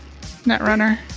Netrunner